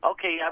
Okay